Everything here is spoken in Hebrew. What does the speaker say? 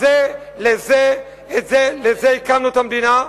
לזה הקמנו את המדינה?